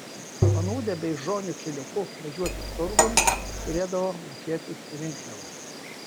panūdę beižonių keliuku važiuoti turgun turėdavo mokėti rinkliavą